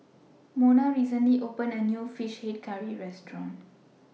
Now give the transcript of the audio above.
Monna recently opened A New Fish Head Curry Restaurant